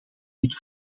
dit